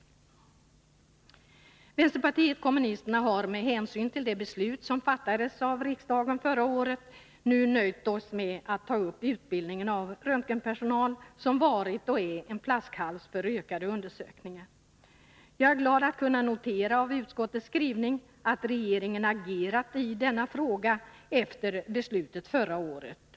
Vi i vänsterpartiet kommunisterna har med hänsyn till det beslut som fattades av riksdagen förra året nu nöjt oss med att ta upp utbildningen av röntgenpersonal, som varit och är en flaskhals för ökade undersökningar. Jag är glad att kunna notera av utskottets skrivning att regeringen agerat i denna fråga efter beslutet förra året.